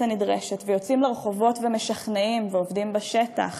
הנדרשת ויוצאים לרחובות ומשכנעים ועובדים בשטח